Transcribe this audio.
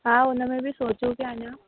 हा उनमें बि सोचियूं पिया अञा